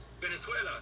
Venezuela